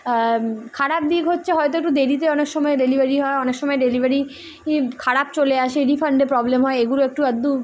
খারাপ দিক হচ্ছে হয়তো একটু দেরিতে অনেক সময় ডেলিভারি হয় অনেক সময় ডেলিভারি খারাপ চলে আসে রিফান্ডে প্রবলেম হয় এগুলো একটু আধটু